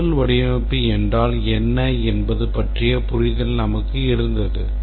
modular வடிவமைப்பு என்றால் என்ன என்பது பற்றிய புரிதல் நமக்கு இருந்தது